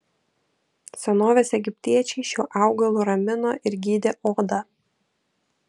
senovės egiptiečiai šiuo augalu ramino ir gydė odą